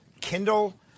Kindle